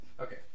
Okay